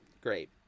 Great